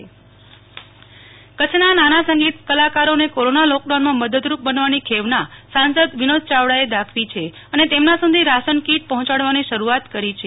નેહલ ઠકકર કચ્છ સાંસદ ઃ કચ્છ ના નાના સંગીત કલાકારો ને કોરોના લોકડાઉન માં મદદરૂપ બનવાની ખેવના સાંસદ વિનોદ ચાવડા એ દાખવી છે અને તેમના સુધી રાશન કીટ પર્ણેંચાડવાની શરૂઆત કરી છે